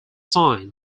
sign